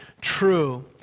true